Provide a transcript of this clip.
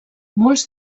molts